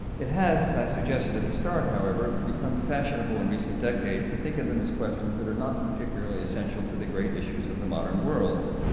it has, as i suggested at the start however, become fashionable in recent decades to think of them as questions that are not particularly essential to the great issues of the modern world,